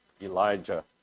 Elijah